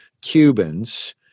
Cubans